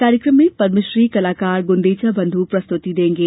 कार्यक्रम में पद्मश्री कलाकार गुंदेचा बंधु प्रस्तुति देंगे